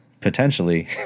potentially